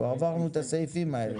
כבר עברנו את הסעיפים האלה.